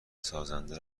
سازنده